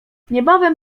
niebawem